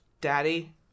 Daddy